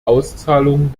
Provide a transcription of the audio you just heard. auszahlungen